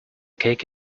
cake